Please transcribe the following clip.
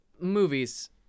movies